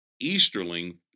Easterling